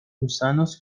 gusanos